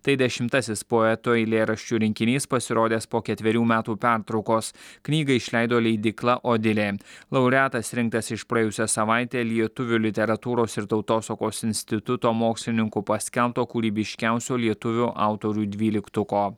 tai dešimtasis poeto eilėraščių rinkinys pasirodęs po ketverių metų pertraukos knygą išleido leidykla o dėlė laureatas rinktas iš praėjusią savaitę lietuvių literatūros ir tautosakos instituto mokslininkų paskelbto kūrybiškiausių lietuvių autorių dvyliktuko